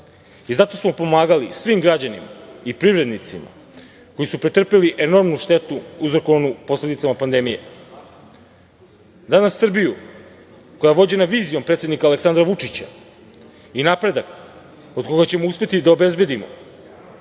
i zato smo pomagali svim građanima i privrednicima koji su pretrpeli enormnu štetu uzrokovanu posledicama pandemije. Danas Srbiju koja je vođena vizijom predsednika Aleksandra Vučića i napredak koga ćemo uspeti da obezbedimo